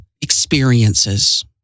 experiences